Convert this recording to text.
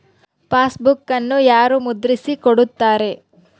ಪಾಸ್ಬುಕನ್ನು ಯಾರು ಮುದ್ರಿಸಿ ಕೊಡುತ್ತಾರೆ?